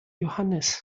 johannes